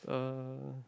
uh